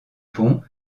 pont